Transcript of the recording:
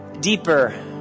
deeper